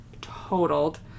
totaled